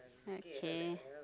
okay